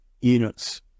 units